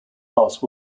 house